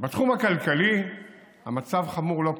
בתחום הכלכלי המצב חמור לא פחות.